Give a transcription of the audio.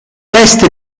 veste